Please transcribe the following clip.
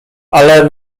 ale